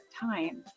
time